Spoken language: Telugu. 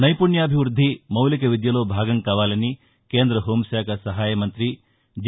నైపుణ్యాభివృద్ది మౌలిక విద్యలో భాగం కావాలని కేంద హోంశాఖ సహాయ మంతి జి